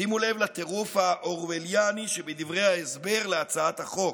שימו לב לטירוף אורווליאני שבדברי ההסבר להצעת החוק.